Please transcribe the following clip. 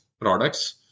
products